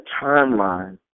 timeline